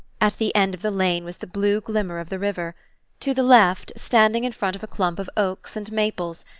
at the end of the lane was the blue glimmer of the river to the left, standing in front of a clump of oaks and maples,